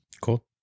cool